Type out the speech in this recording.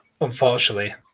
unfortunately